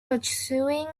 pursuing